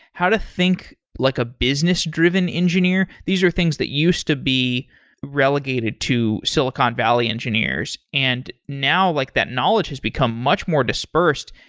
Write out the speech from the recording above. how to think like a business-driven engineer. these are things that used to be relegated to silicon valley engineers. and now like that knowledge has become much more dispersed.